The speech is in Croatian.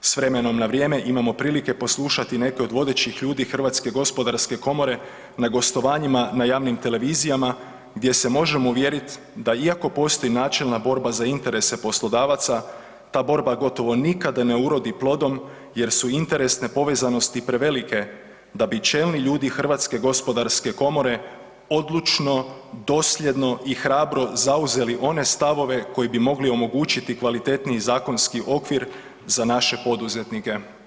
S vremena na vrijeme imamo prilike poslušati neke od vodećih ljudi Hrvatske gospodarske komore na gostovanjima na javnim televizijama gdje se možemo uvjeriti da iako postoji načelna borba za interese poslodavaca, ta borba gotovo nikada ne urodi plodom jer su interesne povezanosti prevelike da bi čelni ljudi Hrvatske gospodarske komore odlučno, dosljedno i hrabro zauzeli one stavove koji bi mogli omogućiti kvalitetniji zakonski okvir za naše poduzetnike.